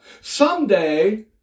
Someday